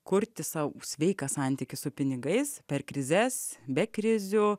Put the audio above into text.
kurti sau sveiką santykį su pinigais per krizes be krizių